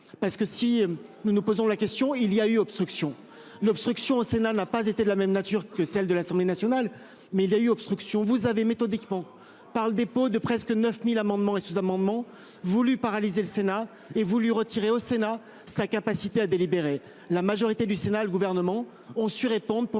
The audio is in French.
parce que si nous nous posons la question il y a eu obstruction l'obstruction au Sénat n'a pas été de la même nature que celle de l'Assemblée nationale. Mais il y a eu obstruction vous avez méthodiquement par le dépôt de presque 9000 amendements et sous-amendements voulus paralyser le Sénat et vous lui retirez au Sénat, sa capacité à délibérer la majorité du Sénat le gouvernement ont su répondre pour